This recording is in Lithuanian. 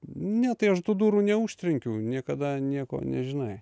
ne tai aš tų durų neužtrenkiau niekada nieko nežinai